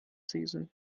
season